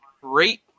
great